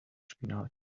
spinat